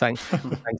thanks